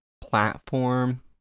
platform